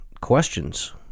questions